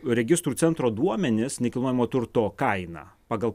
registrų centro duomenis nekilnojamojo turto kainą pagal